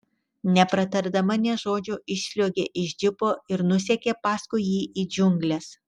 nepratardama nė žodžio išsliuogė iš džipo ir nusekė paskui jį į džiungles